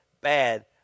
bad